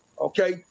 okay